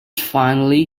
finally